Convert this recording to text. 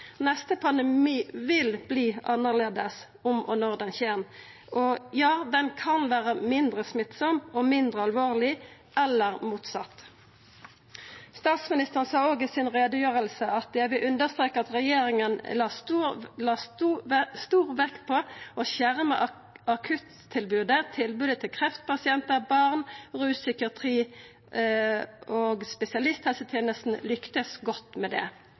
Neste pandemi vil vera annleis, om og når han kjem. Han kan vera mindre smittsam og mindre alvorleg, eller motsett. Statsministeren sa òg i utgreiinga si: «Jeg vil samtidig understreke at regjeringen la stor vekt på å skjerme akuttilbudet, tilbudet til kreftpasienter, barn og rus/psykiatri, noe spesialisthelsetjenesten også lyktes godt med.»